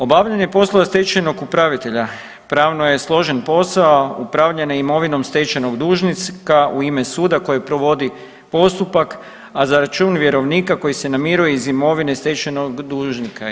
Obavljanje poslova stečajnog upravitelja pravno je složen posao upravljanja imovinom stečajnog dužnika u ime suda koje provodi postupak, a za račun vjerovnika koji se namiruje iz imovine stečajnog dužnika.